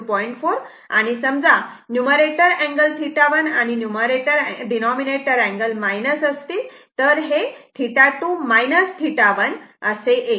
4 आणि समजा numerator angle आणि डिनॉमिनेटर अँगल मायनस असतील तर हे 2 1 असे येईल